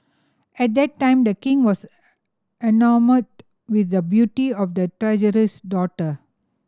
at that time The King was enamoured with the beauty of the treasurer's daughter